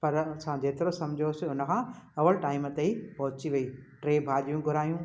पर असां जेतिरो सम्झोसीं उन खां अवलि टाइम ते ई पहुची विया टे भाॼियूं घुरायूं